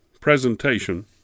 presentation